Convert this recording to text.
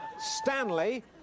Stanley